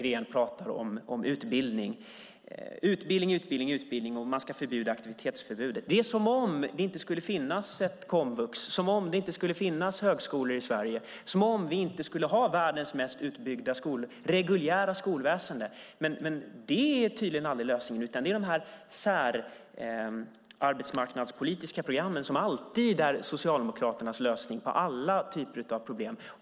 Hon pratar om utbildning, utbildning och utbildning, och man ska avskaffa aktivitetsförbudet. Det är som om vi i Sverige inte skulle ha komvux, högskolor eller världens mest utbyggda reguljära skolväsen. Tydligen är det alltid de särskilda arbetsmarknadspolitiska programmen som är Socialdemokraternas lösning på alla problem.